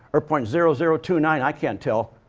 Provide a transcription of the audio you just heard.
or point zero zero two nine i can't tell,